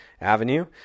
avenue